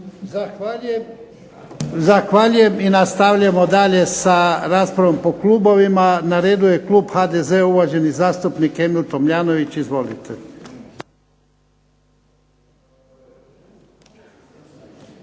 Zahvaljujem. I nastavljamo dalje sa raspravom po klubovima. Na redu je klub HDZ-a, uvaženi zastupnik Emil Tomljanović, izvolite.